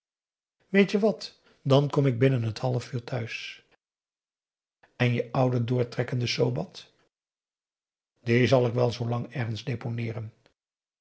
weet je wat dan kom ik binnen t half uur thuis en je oude doortrekkende sobat dien zal ik wel zoolang ergens deponeeren